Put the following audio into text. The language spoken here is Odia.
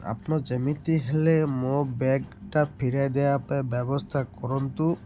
ଆପଣ ଯେମିତି ହେଲେ ମୋ ବ୍ୟାଗ୍ଟା ଫେରାଇ ଦେବା ପାଇଁ ବ୍ୟବସ୍ଥା କରନ୍ତୁ